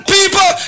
people